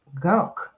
gunk